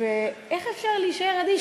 ואיך אפשר להישאר אדיש?